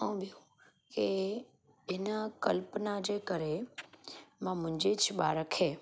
ऐं ॿियो के हिन कल्पना जे करे मां मुंहिंजे ज ॿार खे